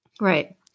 Right